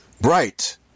Bright